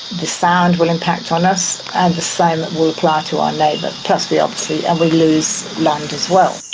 the sound will impact on us and the same it will apply to our neighbour, plus the obviously, and we lose land as well.